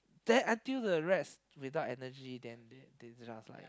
there until the rest without energy then dead they just like